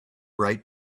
right